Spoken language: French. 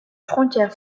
frontière